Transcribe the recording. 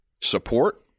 support